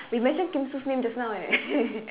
we mention kim sue's name just now eh